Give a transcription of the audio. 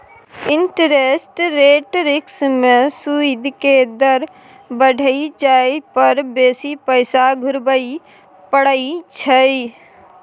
interest rate risk में सूइद के दर बइढ़ जाइ पर बेशी पैसा घुरबइ पड़इ छइ